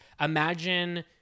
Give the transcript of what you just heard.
imagine